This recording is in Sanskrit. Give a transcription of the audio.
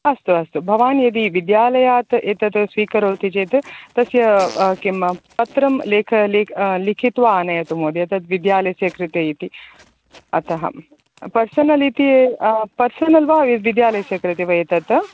अस्तु अस्तु भवान् यदि विद्यालयात् एतत् स्वीकरोति चेत् तस्य किं पत्रं लेख लेख लिखित्वा आनयतु महोदय तत् विद्यालयस्य कृते इति अतः पर्सनल् इति पर्सनल् वा विद्यालयस्य कृते वा एतत्